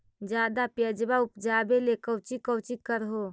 ज्यादा प्यजबा उपजाबे ले कौची कौची कर हो?